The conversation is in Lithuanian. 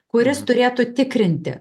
kuris turėtų tikrinti